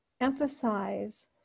emphasize